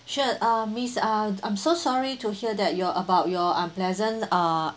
sure uh miss uh I'm so sorry to hear that your about your unpleasant uh